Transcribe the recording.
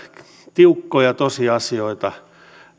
tiukkoja tosiasioita